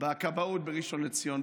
בכבאות בראשון לציון,